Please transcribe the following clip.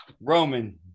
Roman